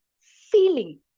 feeling